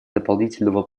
дополнительного